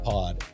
Pod